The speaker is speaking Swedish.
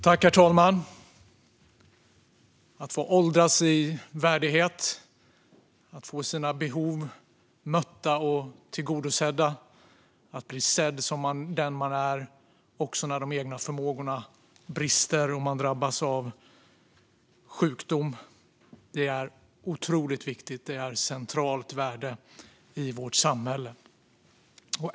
Herr talman! Att få åldras i värdighet, att få sina behov mötta och tillgodosedda, att bli sedd som den man är också när de egna förmågorna brister och man drabbas av sjukdom, är otroligt viktigt och ett centralt värde i vårt samhälle.